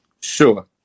Sure